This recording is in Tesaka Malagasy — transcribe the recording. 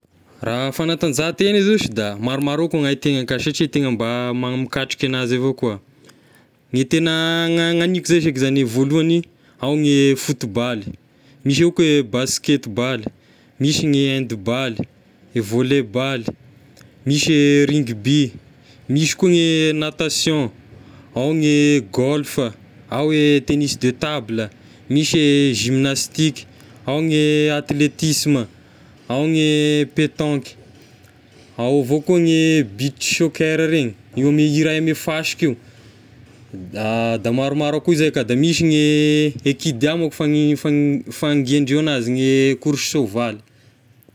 Raha fanatanjahantena izy ao zashy da maromaro ao koa ny haintegna ka satria tegna mba ma- mikatrika anazy avao koa, ny tegna na- naniko zay zeky za ny voalohany ao gne football-y, misy ao koa e basket ball, misy gne hand ball, e voley ball, misy e rugby, misy koa gne natation, ao gne golf, ao e tennis de table, misy e gymnastic, ao gne atletisama, ao gne petanque, ao avao koa gne beach soccer regny io ame e raha ame fasika io, da maromaro akoa zay ka da misy ny equidia fa ny fangiandreo anazy gne korsa soavaly.